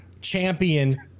champion